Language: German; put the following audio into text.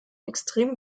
extrem